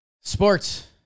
Sports